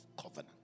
covenant